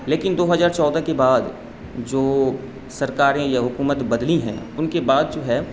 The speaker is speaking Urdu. لیکن دو ہزار چودہ کے بعد جو سرکاریں یا حکومت بدلی ہیں ان کے بعد جو ہے